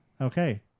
Okay